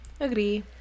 Agree